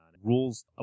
rules